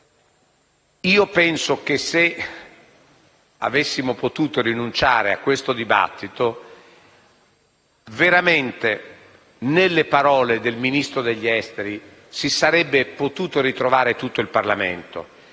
Penso che se avessimo potuto rinunciare a questo dibattito, veramente nelle parole del Ministro degli affari esteri si sarebbe potuto ritrovare tutto il Parlamento,